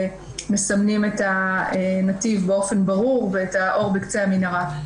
שמסמנים את הנתיב באופן ברור ואת האור בקצה המנהרה.